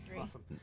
Awesome